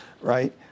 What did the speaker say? right